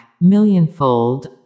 millionfold